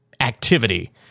activity